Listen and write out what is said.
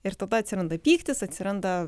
ir tada atsiranda pyktis atsiranda